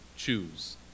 choose